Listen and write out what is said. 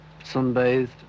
sunbathed